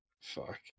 fuck